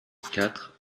quatre